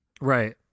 Right